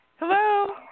Hello